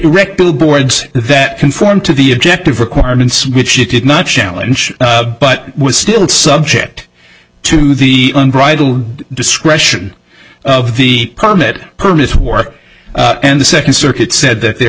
wreck billboards that conform to the objective requirements which it did not challenge but was still subject to the unbridled discretion of the permit permits war and the second circuit said that there